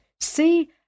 See